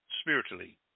spiritually